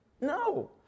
No